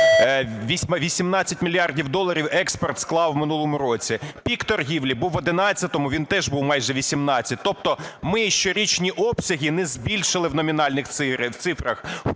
18 мільярдів доларів експорт склав у минулому році. Пік торгівлі був в 11-му, він теж був майже 18. Тобто ми щорічні обсяги не збільшили в номінальних цифрах.